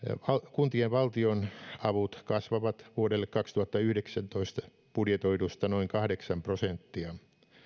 kuntien valtionavut kasvavat vuodelle kaksituhattayhdeksäntoista budjetoidusta noin kahdeksan prosenttia